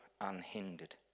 unhindered